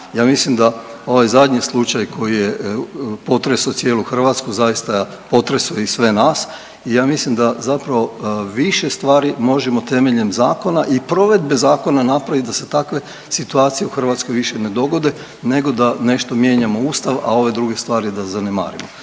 Ja mislim da ovaj zadnji slučaj koji je potresao cijelu Hrvatsku zaista potreso i sve nas i ja mislim da zapravo više stvari možemo temeljem zakona i provedbe zakona napravit da se takve situacije u Hrvatskoj više ne dogode nego da nešto mijenjamo Ustav, a ove druge stvari zanemarimo,